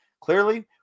Clearly